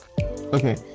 Okay